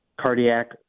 cardiac